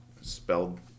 Spelled